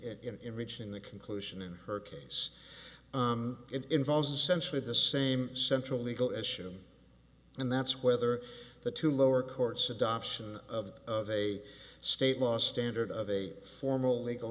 in reaching the conclusion in her case involves essentially the same central legal issue and that's whether the two lower courts adoption of a state law standard of a formal legal